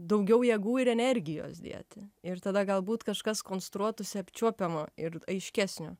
daugiau jėgų ir energijos dėti ir tada galbūt kažkas konstruotųsi apčiuopiamo ir aiškesnio